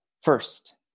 First